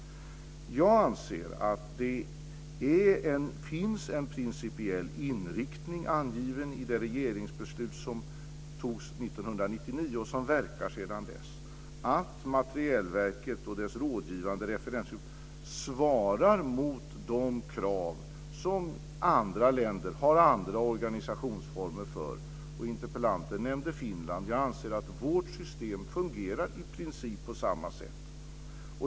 Jag anser att det finns en principiell inriktning angiven i det regeringsbeslut som togs 1999 och som verkar sedan dess, nämligen att Materielverket och dess rådgivande referensgrupp svarar mot de krav som andra länder har andra organisationsformer för. Interpellanten nämnde Finland, och jag anser att vårt system i princip fungerar på samma sätt.